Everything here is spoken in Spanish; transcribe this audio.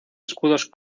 escudos